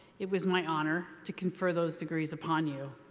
it was my honor to confer those degrees upon you.